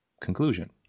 conclusion